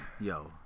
yo